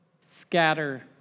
Scatter